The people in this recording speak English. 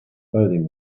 clothing